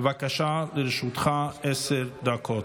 בבקשה, לרשותך עשר דקות.